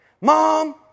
Mom